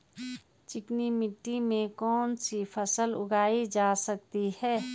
चिकनी मिट्टी में कौन सी फसल उगाई जा सकती है?